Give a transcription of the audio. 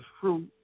fruit